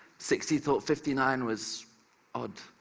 sixty thought fifty nine was odd.